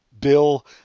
Bill